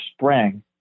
spring